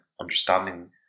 Understanding